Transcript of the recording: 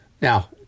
Now